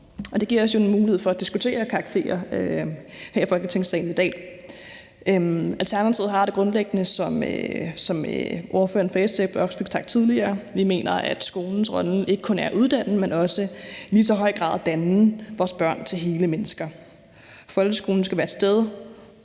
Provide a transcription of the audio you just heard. det giver os jo en mulighed for at diskutere karakterer her i Folketingssalen i dag. Alternativet har det grundlæggende sådan, som ordføreren for SF også fik sagt tidligere. Vi mener, at skolens rolle ikke kun er at uddanne, men i lige så høj grad at danne vores børn til hele mennesker. Folkeskolen skal være et sted,